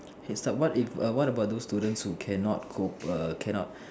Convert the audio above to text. heads up what if err what about those students who cannot cope err cannot